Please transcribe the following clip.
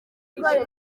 jenoside